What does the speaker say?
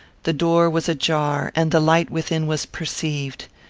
the door was ajar and the light within was perceived.